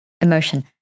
Emotion